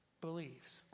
believes